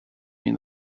mean